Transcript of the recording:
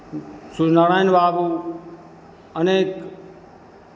सूर्य नारायन बाबू अनेक